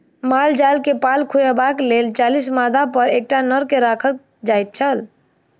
माल जाल के पाल खुअयबाक लेल चालीस मादापर एकटा नर के राखल जाइत छै